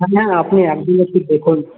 হ্যাঁ আপনি একদম একটু দেখুন